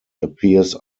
appears